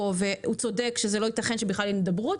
הוא צודק שזה לא ייתכן שבכלל אין הידברות.